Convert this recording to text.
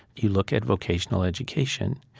you look at vocational education.